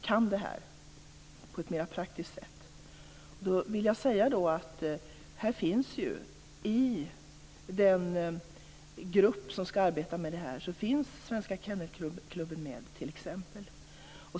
kan det här på ett mer praktiskt sätt. Då vill jag säga att i den grupp som skall arbeta med det här finns t.ex. Svenska Kennelklubben med.